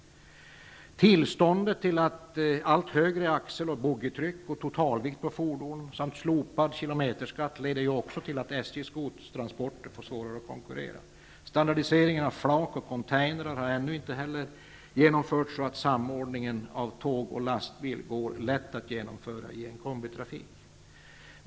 Tillstånd till allt högre axel och boggietryck och totalvikt på fordonen samt slopad kilometerskatt leder också till att SJ:s godstransporter får svårare att konkurrera. Standardiseringen av flak och containrar har ännu inte genomförts, vilket är nödvändigt för att samordningen mellan tåg och lastbilstrafik skall gå lätt att genomföra i kombitrafik. Herr talman!